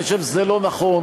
אני חושב שזה לא נכון,